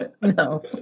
No